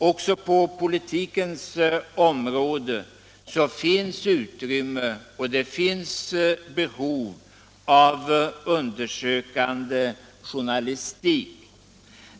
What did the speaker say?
Också på politikens område finns utrymme och behov av undersökande journalistik.